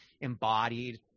embodied